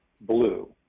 blue